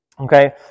Okay